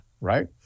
right